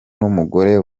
n’umugore